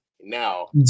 now